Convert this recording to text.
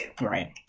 Right